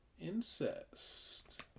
incest